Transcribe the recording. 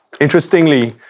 Interestingly